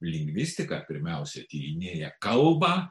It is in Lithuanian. lingvistika pirmiausia tyrinėja kalbą